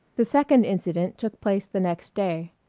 the second incident took place the next day.